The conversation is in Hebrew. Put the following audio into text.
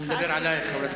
הוא מדבר עלייך.